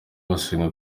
basanga